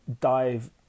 dive